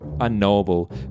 unknowable